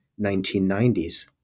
1990s